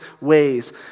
ways